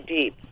deep